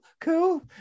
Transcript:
cool